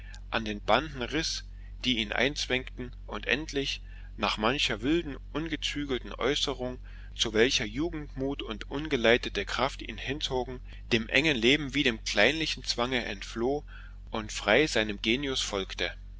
an den banden riß die ihn einzwängten und endlich nach mancher wilden ungezügelten äußerung zu welcher jugendmut und ungeleitete kraft ihn hinzogen dem engen leben wie dem kleinlichen zwange entfloh und frei seinem genius folgte